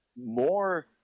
more